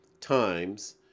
times